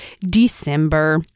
December